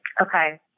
Okay